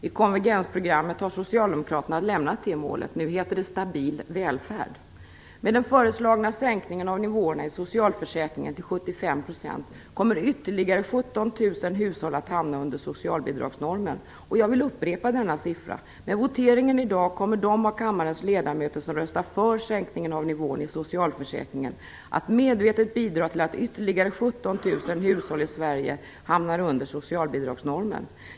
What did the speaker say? I konvergensprogrammet har socialdemokraterna lämnat det målet. Nu heter det stabil välfärd. Med den föreslagna sänkningen av nivåerna i socialförsäkringen till 75 % kommer ytterligare 17 000 hushåll att hamna under socialbidragsnormen. Jag vill upprepa denna siffra: Med voteringen i dag kommer de av kammarens ledamöter som röstar för sänkningen av nivån i socialförsäkringen att medvetet bidra till att ytterligare 17 000 hushåll i Sverige hamnar under socialbidragsnormen.